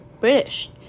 british